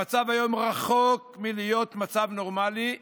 המצב היום רחוק מלהיות מצב נורמלי,